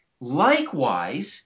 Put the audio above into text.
Likewise